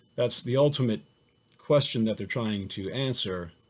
that's the ultimate question that they're trying to answer.